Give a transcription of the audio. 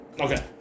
Okay